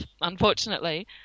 unfortunately